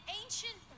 ancient